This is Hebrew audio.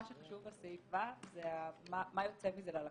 מה שחשוב בסעיף (ו) זה מה יוצא מזה ללקוח,